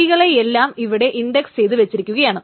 കീകളെ എല്ലാം ഇവിടെ ഇൻഡക്സ് ചെയ്തു വച്ചിരിക്കുകയാണ്